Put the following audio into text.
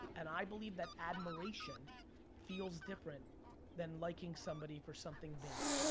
and i believe that admiration feels different than liking somebody for something vain.